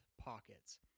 pockets